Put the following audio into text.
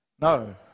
No